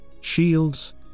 shields